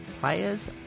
players